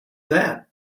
that